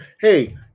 Hey